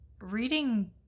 reading